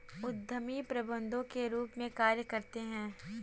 उद्यमी प्रबंधकों के रूप में कार्य करते हैं